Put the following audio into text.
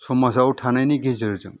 समाजाव थानायनि गेजेरजों